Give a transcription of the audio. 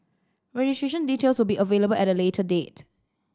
registration details will be available at a later date